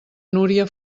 núria